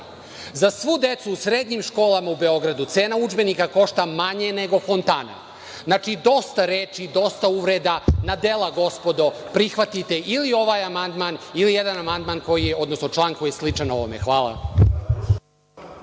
svu decu u srednjim školama u Beogradu, cena udžbenika košta manje nego fontana. Znači, dosta reči i dosta uvreda. Na dela, gospodo. Prihvatite ili ovaj amandman ili jedan član koji je sličan ovome. Hvala.